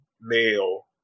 male